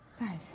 Guys